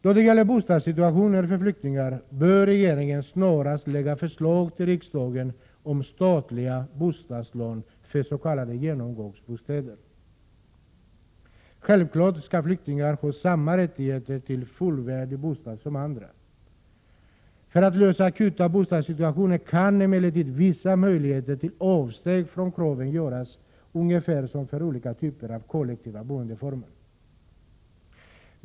Då det gäller bostadssituationen för flyktingar bör regeringen snarast lägga fram förslag för riksdagen om statliga bostadslån för s.k. genomgångsbostäder. Självfallet skall flyktingar ha samma rättigheter till fullvärdig bostad som andra. För att akuta bostadsproblem skall kunna lösas kan emellertid vissa möjligheter till avsteg från kraven göras, ungefär som för olika typer av kollektiva boendeformer.